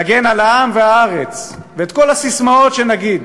להגן על העם והארץ, ואת כל הססמאות שנגיד,